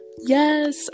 yes